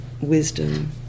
wisdom